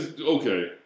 Okay